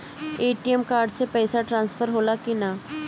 ATM card से पैसा transfer होला का?